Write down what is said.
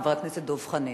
חבר הכנסת דב חנין.